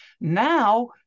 Now